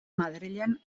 madrilen